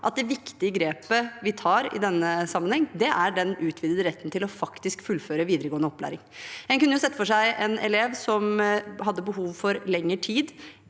at det viktige grepet vi tar i denne sammenhengen, er den utvidede retten til faktisk å fullføre videregående opplæring. Man kunne sett for seg en elev som hadde behov for lengre tid